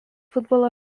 futbolo